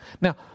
Now